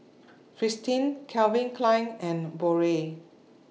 Fristine Calvin Klein and Biore